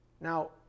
Now